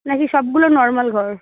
না কি সবগুলো নর্মাল ঘর